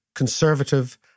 conservative